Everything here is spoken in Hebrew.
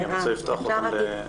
אני רוצה לפתוח אותם לדיון.